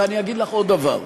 ואני אגיד לך עוד דבר: